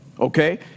okay